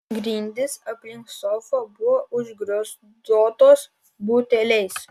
grindys aplink sofą buvo užgriozdotos buteliais